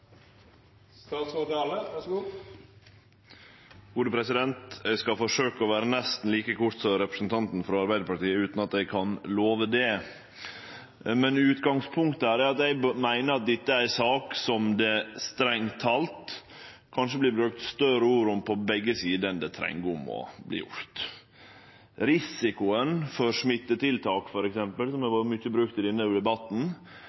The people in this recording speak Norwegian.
skal forsøkje å vere nesten like kort som representanten frå Arbeidarpartiet, utan at eg kan love det. Utgangspunktet mitt er at eg meiner dette er ei sak som det strengt tatt kanskje vert brukt større ord om på begge sider enn det som trengst. Omtalen av risikoen for smitte, som har vore mykje brukt i denne debatten,